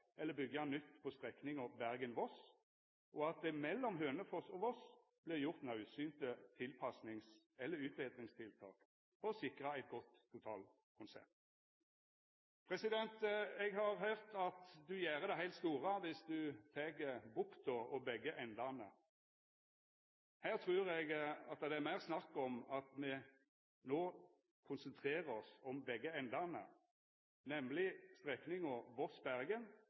eller byggja nytt på strekninga Bergen–Voss, og at det mellom Hønefoss og Voss vert gjort naudsynte tilpassings- eller utbetringstiltak for å sikra eit godt totalkonsept. Eg har høyrt at du gjer det heilt store viss du tek bukta og begge endane. Her trur eg det er meir snakk om at me no konsentrerer oss om begge endane, nemleg